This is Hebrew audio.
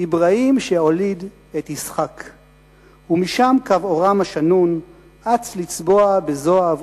אברהים שהוליד את איסחק.// ומשם קו אורם השנון/ אץ לצבוע בזוהב